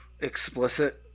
explicit